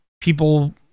people